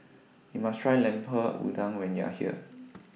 YOU must Try Lemper Udang when YOU Are here